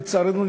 לצערנו,